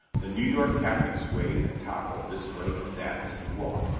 the new york captain swayed and toppled this way and that as he walked,